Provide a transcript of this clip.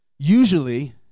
usually